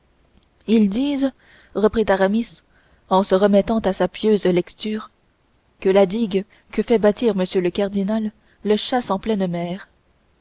ils disent reprit aramis en se remettant à sa pieuse lecture que la digue que fait bâtir m le cardinal le chasse en pleine mer